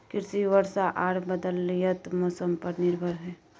कृषि वर्षा आर बदलयत मौसम पर निर्भर हय